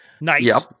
nice